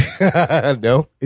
No